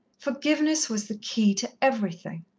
forgiveness was the key to everything.